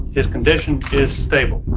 his condition is stable